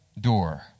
door